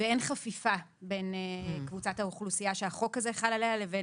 ואין חפיפה בין קבוצת האוכלוסייה שהחוק הזה חל עליה לבין